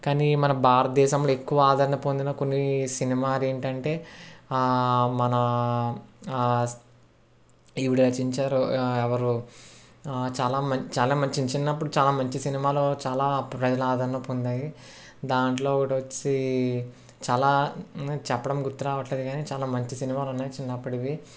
కానీ మన భారతదేశంలో ఎక్కువ ఆదరణ పొందిన కొన్ని సినిమాలు ఏంటంటే మన ఈవిడ రచించారు ఎవరు చాలా మం చాలా మంచి చిన్నప్పుడు చాలా మంచి సినిమాలు చాలా ప్రజల ఆదరణ పొందాయి దాంట్లో ఒకటి వచ్చి చాలా చెప్పడం గుర్తు రావట్లేదు కానీ చాలా మంచి సినిమాలు ఉన్నాయి చిన్నప్పటివి